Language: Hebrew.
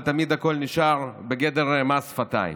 אבל תמיד הכול נשאר בגדר מס שפתיים.